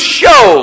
show